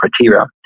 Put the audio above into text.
criteria